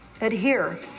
adhere